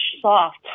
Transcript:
soft